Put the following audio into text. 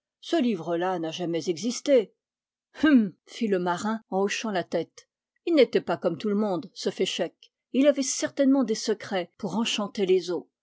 ce livre là n'a jamais existé t hum fit le marin en hochant la tête il n'était pas comme tout le monde ce féchec et il avait certainement des secrets pour enchanter les eaux